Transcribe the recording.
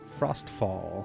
Frostfall